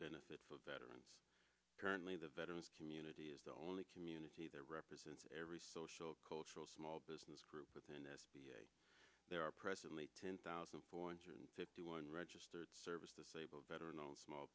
benefits of veterans currently the veterans community is the only community that represents every social cultural small business group within this there are presently ten thousand four hundred fifty one registered service disabled veteran on small